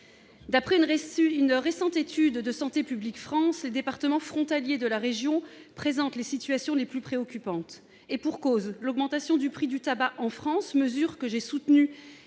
D'après une récente étude de Santé publique France, les départements frontaliers de la région présentent les situations les plus préoccupantes. Et pour cause : l'augmentation du prix du tabac en France, mesure que j'ai soutenue